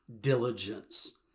diligence